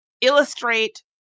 illustrate